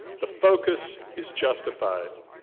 the focus is justified.